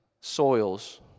soils